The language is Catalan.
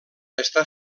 està